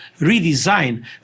redesign